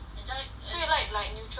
so you like like neutral kind lah